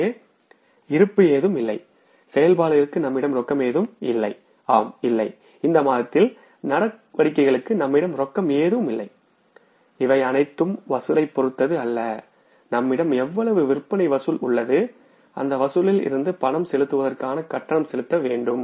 இங்கே இருப்பு ஏதும் இல்லை செயல்பாடுகளுக்கு நம்மிடம் ரொக்கம் எதுவும் இல்லை ஆம் இல்லை இந்த மாதத்தில் நடவடிக்கைகளுக்கு நம்மிடம் ரொக்கம் எதுவும் இல்லை இவை அனைத்தும் வசூலைப் பொறுத்தது அல்ல நம்மிடம் எவ்வளவு விற்பனை வசூல் உள்ளது அந்த வசூலில் இருந்து ரொக்கம் செலுத்துவதற்கான கட்டணம் செலுத்த வேண்டும்